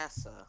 NASA